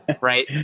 right